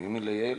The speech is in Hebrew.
מעוניינים לייעל,